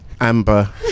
Amber